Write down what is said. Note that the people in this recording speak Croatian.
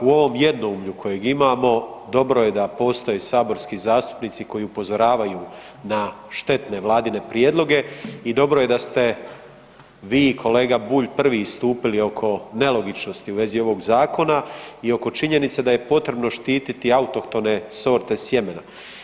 Ipak u ovom jednoumlju kojeg imamo dobro je da postoje saborski zastupnici koji upozoravaju na štetne vladine prijedloge i dobro je da ste vi kolega Bulj prvi istupili oko nelogičnosti u vezi ovog zakona i oko činjenice da je potrebno štititi autohtone sorte sjemena.